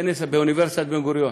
באוניברסיטת בן-גוריון.